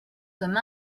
comme